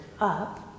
up